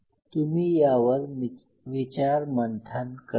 तुम्ही यावर विचार मंथन करा